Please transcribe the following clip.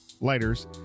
lighters